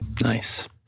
Nice